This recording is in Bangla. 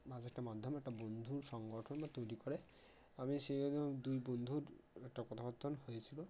মাঝে একটা মাধ্যম একটা বন্ধুর সংগঠন বা তৈরি করে আমি সেইভাবে যখন দুই বন্ধুর একটা কথাবার্তা হয়েছিলো